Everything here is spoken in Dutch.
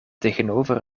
tegenover